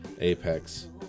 apex